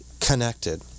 connected